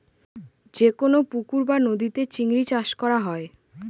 যেকোনো পুকুর বা নদীতে চিংড়ি চাষ করা হয়